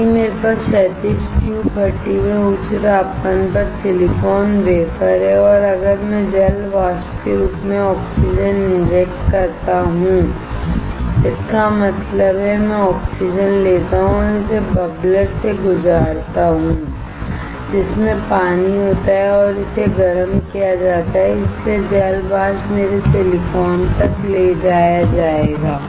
यदि मेरे पास क्षैतिज ट्यूब भट्ठी में उच्च तापमान पर सिलिकॉन वेफर है और अगर मैं जल वाष्प के रूप में ऑक्सीजन इंजेक्ट करता हूं इसका मतलब है मैं ऑक्सीजन लेता हूं और इसे बब्बलर से गुजरता हूं जिसमें पानी होता है और इसे गर्म किया जाता है इसलिए जल वाष्प मेरे सिलिकॉन तक ले जाया जाएगा